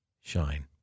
shine